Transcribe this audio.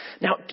Now